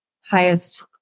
highest